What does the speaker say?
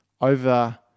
over